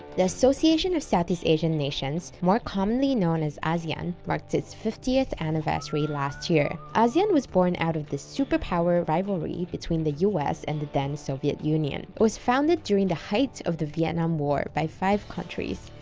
the association of southeast asian nations, more commonly known as asean, marked its fiftieth anniversary last year. asean was born out of the superpower rivalry between the u s. and the then-soviet union. it was founded during the height of the vietnam war by five countries,